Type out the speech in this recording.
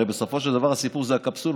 הרי בסופו של דבר הסיפור זה הקפסולות,